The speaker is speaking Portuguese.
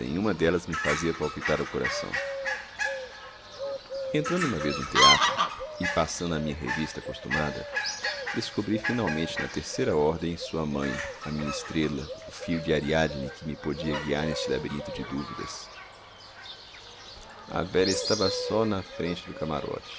nenhuma delas me fazia palpitar o coração entrando uma vez no teatro e passando a minha revista costumada descobri finalmente na terceira ordem sua mãe a minha estrela o fio de ariadne que me podia guiar neste labirinto de dúvidas a velha estava só na frente do camarote